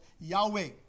Yahweh